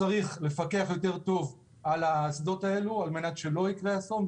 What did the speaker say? צריך לפקח יותר טוב על האסדות האלו על מנת שלא יקרה אסון,